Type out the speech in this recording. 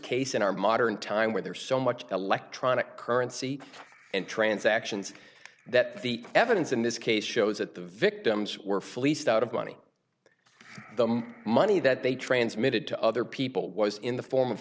case in our modern time where there's so much electronic currency and transactions that the evidence in this case shows that the victims were fleeced out of money the money that they transmitted to other people was in the form of